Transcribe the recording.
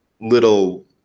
little